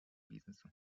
бізнесу